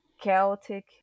Celtic